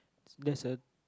there's a